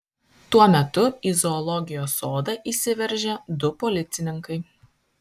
tuo metu į zoologijos sodą įsiveržė du policininkai